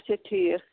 اَچھا ٹھیٖک